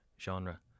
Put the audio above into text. genre